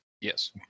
Yes